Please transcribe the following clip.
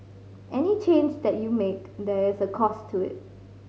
any change that you make there is a cost to it